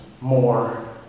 more